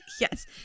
Yes